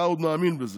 אתה עוד מאמין בזה.